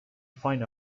fine